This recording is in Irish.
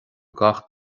gach